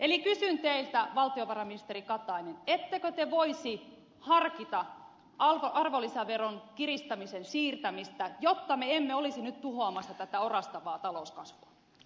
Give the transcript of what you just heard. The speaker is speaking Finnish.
eli kysyn teiltä valtiovarainministeri katainen ettekö te voisi harkita arvonlisäveron kiristämisen siirtämistä jotta me emme olisi nyt tuhoamassa tätä orastavaa talouskasvua